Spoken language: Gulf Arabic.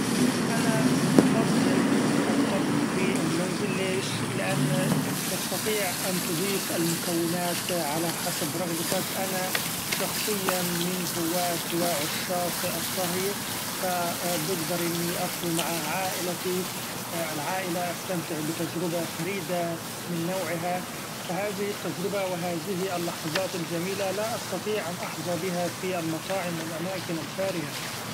أنا بفضل الطبخ في المنزل ليش ؛ لأن تستطيع أن تضيف المكونات علي حسب رغبتك أنا شخصيا من هواة و عشاق الطهي ف بقدر إني أطهو مع عائلتي ، العائلة استمتع بتجربة فريدة من نوعها ف هذه التجربة و هذه اللحظات الجميلة لا استطيع أن احظي بها في المطاعم و الأماكن الفارهه.